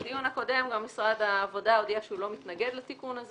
בדיון הקודם גם משרד העבודה הודיע שהוא לא מתנגד לתיקון הזה